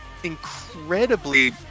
Incredibly